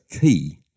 key